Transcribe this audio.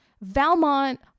Valmont